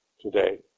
today